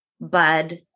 bud